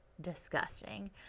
disgusting